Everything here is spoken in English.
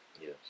Yes